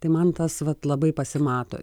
tai man tas vat labai pasimato